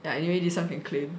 ya anyway this [one] can claim